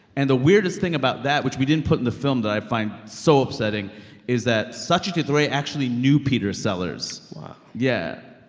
and the weirdest thing about that which we didn't put in the film that i find so upsetting is that satyajit ray actually knew peter sellers wow yeah.